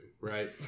right